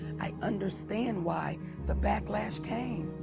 i understand why the backlash came.